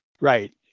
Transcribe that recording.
Right